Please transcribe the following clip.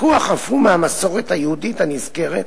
לקוח אף הוא מהמסורת היהודית הנזכרת,